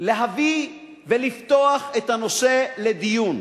להביא ולפתוח את הנושא לדיון.